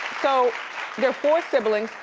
so their four siblings,